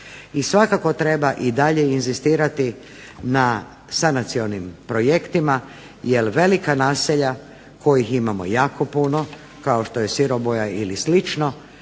I svakako treba i dalje inzistirati na sanacionim projektima jer velika naselja kojih imamo jako puno kao što je Siroboja ili slično